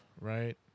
Right